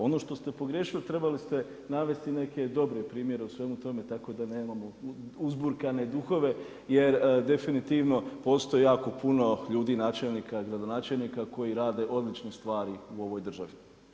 Ono što ste pogriješili, trebali ste navesti i neke dobre primjere u svemu tome tako da nemamo uzburkane duhove jer definitivno postoji jako puno ljudi načelnika i gradonačelnika koji rade odlične stvari u ovoj državi.